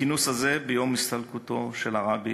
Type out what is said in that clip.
הכינוס הזה ביום הסתלקותו של הרבי